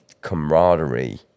camaraderie